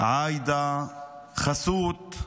"עאידה" ו"חסות",